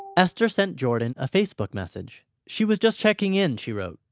esther sent jordan a facebook message. she was just checking in, she wrote,